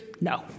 no